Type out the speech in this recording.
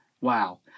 wow